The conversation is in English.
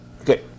Okay